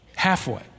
halfway